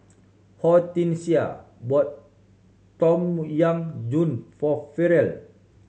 Hortensia bought Tom Yam Goong for Ferrell